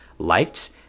liked